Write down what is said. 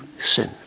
sin